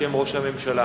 בשם ראש הממשלה.